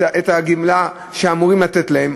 את הגמלה שאמורים לתת להם.